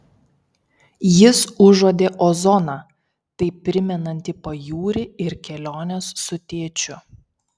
jis užuodė ozoną taip primenantį pajūrį ir keliones su tėčiu